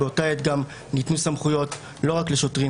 באותה עת גם ניתנו סמכויות לא רק לשוטרים,